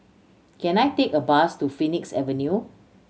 can I take a bus to Phoenix Avenue